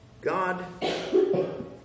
God